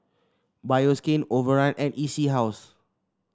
Bioskin Overrun and E C House